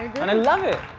and i love it.